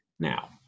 Now